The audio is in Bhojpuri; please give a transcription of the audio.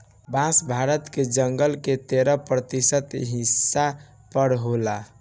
बांस भारत के जंगल के तेरह प्रतिशत हिस्सा पर होला